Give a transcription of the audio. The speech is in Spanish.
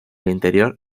interior